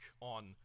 on